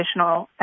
additional